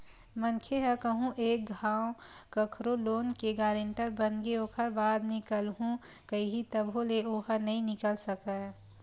मनखे ह कहूँ एक घांव कखरो लोन के गारेंटर बनगे ओखर बाद निकलहूँ कइही तभो ले ओहा नइ निकल सकय